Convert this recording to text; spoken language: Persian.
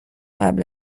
قبل